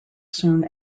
soon